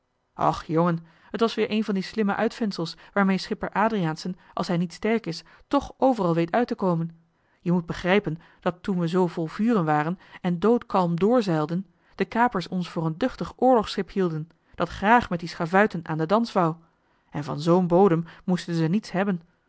och jongen het was weer een van die slimme uitvindsels waarmee schipper adriaensen als hij niet sterk is toch overal weet uit te komen je moet begrijpen dat toen we zoo vol vuren waren en doodjoh h been paddeltje de scheepsjongen van michiel de ruijter kalm doorzeilden de kapers ons voor een duchtig oorlogsschip hielden dat graag met die schavuiten aan den dans wou en van zoo'n bodem moesten ze niets hebben